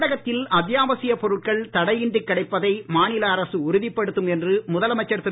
தமிழகத்தில் அத்தியாவசியப் பொருட்கள் தடையின்றி கிடைப்பதை மாநில என்று உறுதிப்படுத்தும் அரசு முதலமைச்சர் திரு